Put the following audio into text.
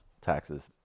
taxes